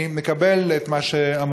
אני מקבל את מה שאמרו,